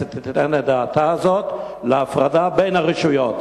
שהכנסת תיתן את דעתה על ההפרדה בין הרשויות.